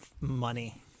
money